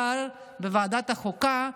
מחר בוועדת החוקה,